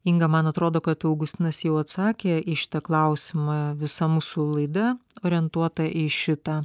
inga man atrodo kad augustinas jau atsakė į šitą klausimą visa mūsų laida orientuota į šitą